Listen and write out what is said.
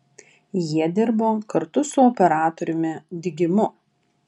jie dirbo kartu su operatoriumi digimu